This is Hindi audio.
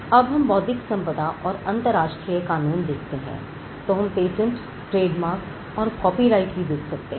जब हम बौद्धिक संपदा और अंतरराष्ट्रीय कानून देखते हैं तो हम पेटेंटट्रेडमार्क और कॉपीराइट भी देख सकते हैं